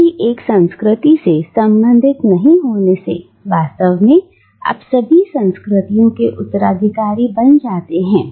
किसी भी एक संस्कृति से संबंधित नहीं होने से वास्तव में आप सभी संस्कृतियों के उत्तराधिकारी बन जाते हैं